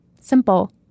Simple